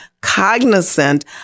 cognizant